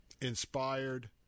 inspired